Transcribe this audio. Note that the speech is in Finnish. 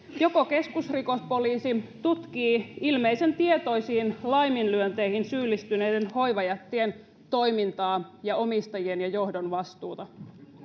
joko keskusrikospoliisi tutkii ilmeisen tietoisiin laiminlyönteihin syyllistyneiden hoivajättien toimintaa ja omistajien ja johdon vastuuta